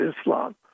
Islam